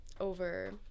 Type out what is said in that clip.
over